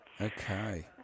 Okay